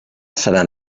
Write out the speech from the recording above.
seran